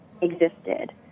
existed